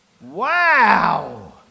wow